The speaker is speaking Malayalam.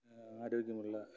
ആരോഗ്യമുള്ള